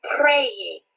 praying